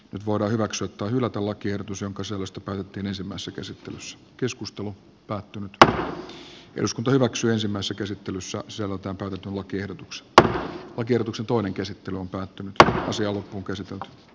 nyt voidaan hyväksyä tai hylätä lakiehdotus jonka sisällöstä päätettiin ensimmäisessä käsittelyssä se lopeta tuo tieto x dr oikeutuksen toinen käsittely on päättynyt ja asia on käsitelty p